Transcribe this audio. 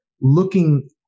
looking